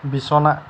বিছনা